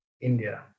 India